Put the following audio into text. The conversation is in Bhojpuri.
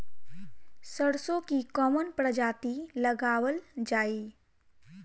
सरसो की कवन प्रजाति लगावल जाई?